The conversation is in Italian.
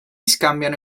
scambiano